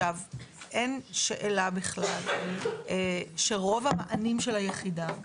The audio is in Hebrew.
אין שאלה בכלל שרוב המענים של היחידה,